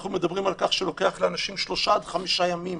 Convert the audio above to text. אנחנו מדברים על כך שלוקח לאנשים שלושה עד חמישה ימים